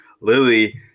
Lily